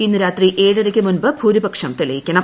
ഇന്ന് രാത്രി എഴരയ്ക്ക് മുമ്പ് ഭൂരിപക്ഷം തെളിയിക്കണം